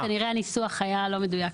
כנראה שהניסוח היה לא מדויק.